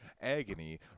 Agony